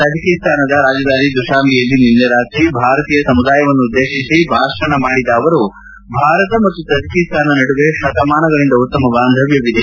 ತಜಿಕಿಸ್ತಾನದ ರಾಜದಾನಿ ದುಶಾಂಬೆಯಲ್ಲಿ ನಿನ್ನೆ ರಾತ್ರಿ ಭಾರತೀಯ ಸಮುದಾಯವನ್ನುದ್ದೇಶಿಸಿ ಭಾಷಣ ಮಾಡಿದ ಅವರು ಭಾರತ ಮತ್ತು ತಜಿಕಿಸ್ತಾನ ನಡುವೆ ಶತಮಾನಗಳಿಂದ ಉತ್ತಮ ಬಾಂಧವ್ಯವಿದೆ